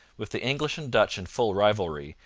with the english and dutch in full rivalry,